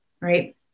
right